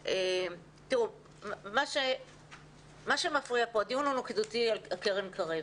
מה שמפריע פה, הדיון הוא נקודתי על קרן קרב,